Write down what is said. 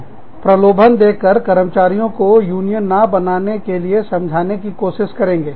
वे प्रलोभन देखकर वादा कर्मचारियों को यूनियन ना बनाने के लिए समझाने की कोशिश करेंगे